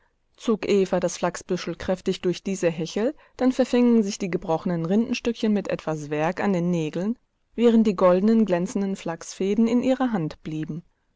zog eva das faserbüschel kräftig durch diese hechel dann verfingen sich die gebrochenen rindenstückchen mit etwas werg an den nägeln während die golden glänzenden flachsfäden in ihrer hand blieben